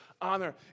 honor